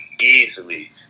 easily